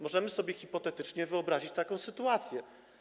Możemy sobie hipotetycznie wyobrazić taką sytuację.